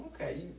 okay